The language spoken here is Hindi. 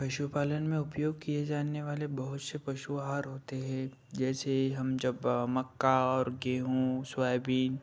पशु पालन में उपयोग किए जाने वाले बहुत से पशु आहार होते हैं जैसे हम जब मक्का और गेहूँ सोयाबीन